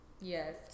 yes